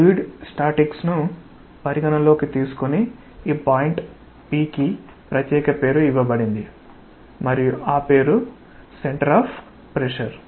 fluid statics ను పరిగణనలోకి తీసుకుని ఈ పాయింట్ P కి ప్రత్యేక పేరు ఇవ్వబడింది మరియు ఆ పేరు సెంటర్ ఆఫ్ ప్రెషర్